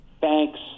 thanks